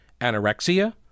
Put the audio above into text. anorexia